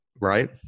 right